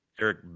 Eric